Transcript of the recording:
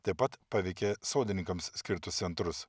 taip pat paveikė sodininkams skirtus centrus